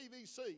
PVC